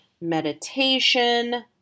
meditation